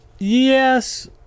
Yes